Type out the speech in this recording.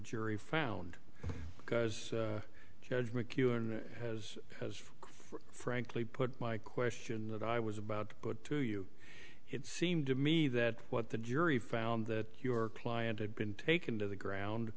jury found because judge mckeown has as frankly put my question that i was about to put to you it seemed to me that what the jury found that your client had been taken to the ground